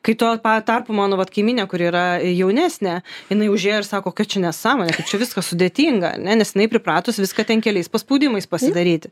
kai tuo pat tarpu mano vat kaimynė kuri yra jaunesnė jinai užėjo ir sako kokia čia nesąmonė kaip čia viskas sudėtinga ar ne nes jinai pripratus viską ten keliais paspaudimais pasidaryti